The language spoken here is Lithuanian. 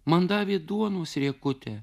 man davė duonos riekutę